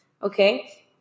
Okay